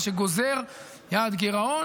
מה שגוזר יעד גירעון